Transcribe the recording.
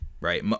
right